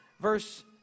Verse